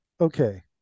Okay